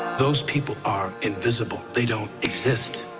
those people are invisible. they don't exist.